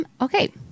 Okay